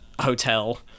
hotel